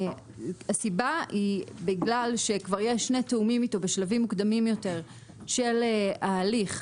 הסיבה היא שכבר יש שני תיאומים איתו בשלבים מוקדמים יותר של ההליך,